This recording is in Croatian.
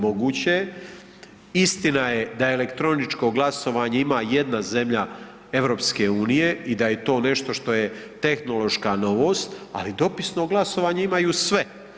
Moguće je, istina je da je elektroničko glasovanje ima jedna zemlja EU i da je to nešto što je tehnološka novost, ali dopisno glasovanje imaju sve.